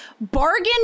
bargain